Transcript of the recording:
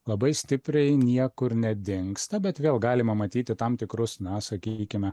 labai stipriai niekur nedingsta bet vėl galima matyti tam tikrus na sakykime